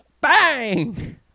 Bang